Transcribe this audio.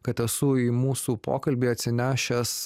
kad esu į mūsų pokalbį atsinešęs